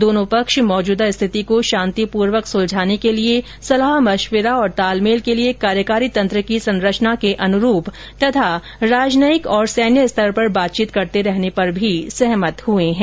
दोनों पक्ष मौजूदा स्थिति को शांतिपूर्वक सुलझाने के लिए सलाह मशविरा और तालमेल के लिए कार्यकारी तंत्र की संरचना के अनुरूप और राजनयिक तथा सैन्य स्तर पर बातचीत करते रहने पर भी सहमत हुए हैं